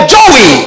Joey